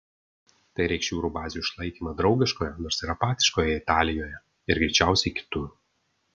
tai reikš jūrų bazių išlaikymą draugiškoje nors ir apatiškoje italijoje ir greičiausiai kitur